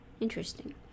Interesting